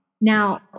Now